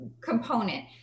component